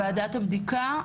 ועדת הבדיקה.